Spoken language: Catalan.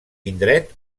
indret